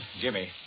Jimmy